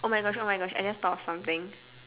oh my gosh oh my gosh I just thought of something